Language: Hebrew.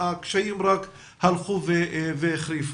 הקשיים רק הלכו והחריפו.